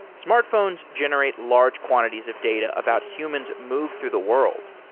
smartphones generate large quantities of data about humans move through the world.